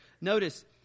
Notice